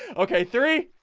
okay, three,